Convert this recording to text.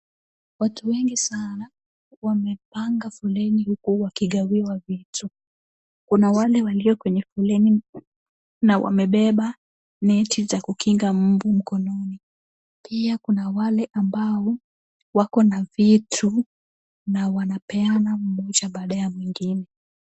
Watu wengi sana wamepanga foleni huku wakigawiwa vitu. Kuna wale walio kwenye foleni na wamebeba neti za kukinga mbuu mkononi. Pia kuna wale wako na vitu na wanapeana moja baada ya nyingine.